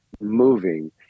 moving